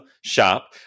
shop